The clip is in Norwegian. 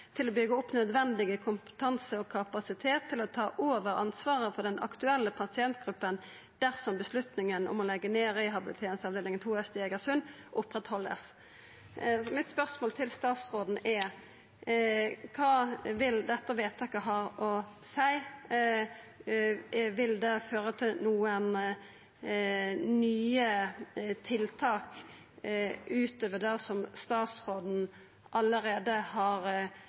til å bygge opp nødvendig kompetanse og kapasitet til å ta over ansvaret for den aktuelle pasientgruppen dersom beslutningen om å legge ned rehabiliteringsavdelingen 2 Øst i Eigersund opprettholdes.» Spørsmålet mitt til statsråden er: Kva vil dette vedtaket ha å seia? Vil det føra til nye tiltak utover det som statsråden allereie har